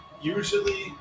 Usually